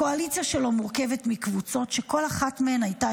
הקואליציה שלו מורכבת מקבוצות שכל אחת מהן הייתה